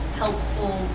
helpful